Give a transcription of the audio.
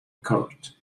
court